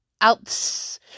out